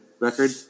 record